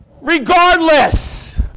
regardless